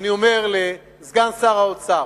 אני אומר לסגן שר האוצר,